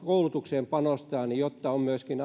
koulutukseen panostetaan jotta on myöskin